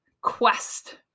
quest